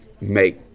make